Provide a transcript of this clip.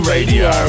Radio